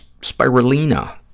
Spirulina